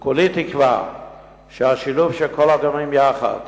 כולי תקווה שהשילוב של כל הגורמים יחד,